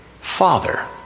Father